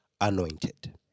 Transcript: anointed